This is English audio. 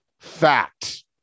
Fact